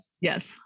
Yes